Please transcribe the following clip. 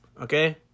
Okay